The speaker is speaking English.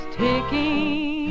ticking